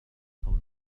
kho